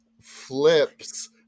flips